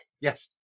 Yes